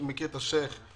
מכיר את השייח'.